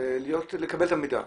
לקבל את המידע,